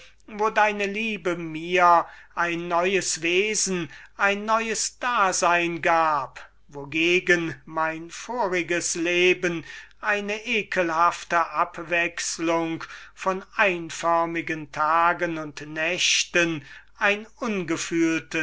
wo deine liebe mir ein neues wesen gab eine neue würklichkeit gegen die mein voriges leben eine ekelhafte abwechslung von einförmigen tagen und nächten ein